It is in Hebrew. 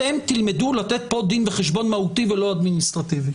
אתם תלמדו לתת פה דין וחשבון מהותי ולא אדמיניסטרטיבי,